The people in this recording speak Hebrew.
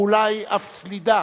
ואולי אף סלידה,